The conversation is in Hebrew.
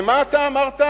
ומה אתה אמרת?